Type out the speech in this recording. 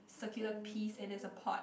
circular peas and there's a pot